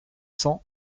cents